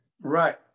Right